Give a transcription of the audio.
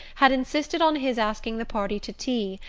had insisted on his asking the party to tea,